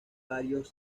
varios